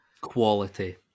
Quality